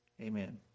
amen